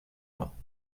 vingts